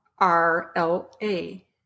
R-L-A